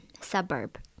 suburb